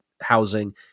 housing